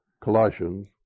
Colossians